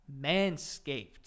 Manscaped